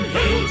hail